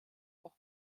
auch